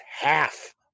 half